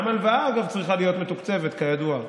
גם הלוואה, אגב, צריכה להיות מתוקצבת, כידוע,